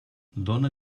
dona